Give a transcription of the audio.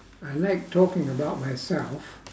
I like talking about myself